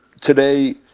today